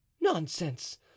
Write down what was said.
Nonsense